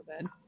good